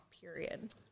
period